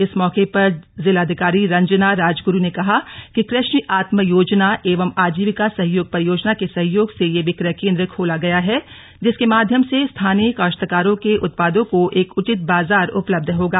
इस मौके पर जिलाधिकारी रंजना राजगुरू ने कहा कि कृषि आत्मा योजना एवं आजीविका सहयोग परियोजना के सहयोग से यह विक्रय केन्द्र खोला गया है जिसके माध्यम से स्थानीय काश्तकारों के उत्पादों को एक उचित बाजार उपलब्ध होगा